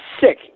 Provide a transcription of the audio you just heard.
sick